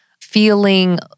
feeling